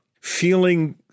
feeling